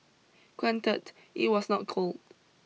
granted it was not gold